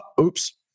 oops